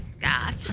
God